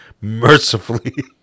mercifully